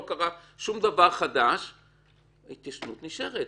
לא קרה שום דבר חדש ההתיישנות נשארת.